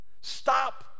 stop